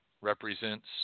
represents